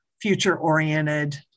future-oriented